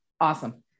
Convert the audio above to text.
Awesome